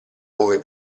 ove